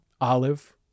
olive